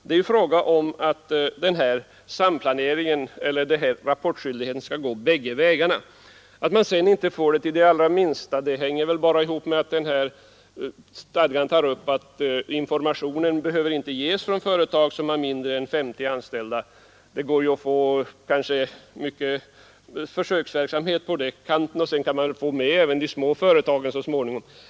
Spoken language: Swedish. Det är ju fråga om att rapportskyldigheten skall leda till att rapporteringen går bägge vägarna. Att den sedan inte utsträcks till de allra minsta enheterna hänger väl samman med att det i stadgandet står att informationen inte behöver ges från företag som har mindre än 50 anställda. Det går kanske att få till stånd försöksverksamhet på den kanten och så småningom få med även småföretagen.